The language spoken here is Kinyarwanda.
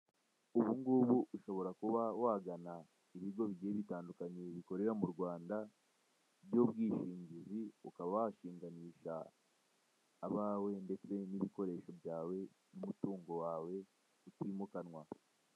Ubungubu ushobora kuba wagana ibigo bigiye bitandukanye bikorera mu Rwanda, by'ubwishingizi, ukaba washinganisha abawe ndetse n'ibikoresho byawe, n'umutongo wawe utimukanwa.